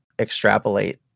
extrapolate